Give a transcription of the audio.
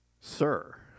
Sir